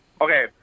Okay